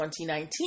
2019